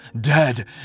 dead